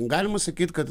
galima sakyt kad